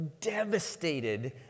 devastated